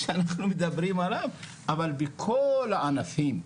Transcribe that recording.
שאנחנו מדברים עליו, אבל בכל הענפים,